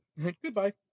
Goodbye